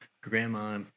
grandma